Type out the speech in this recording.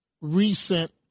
recent